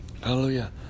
Hallelujah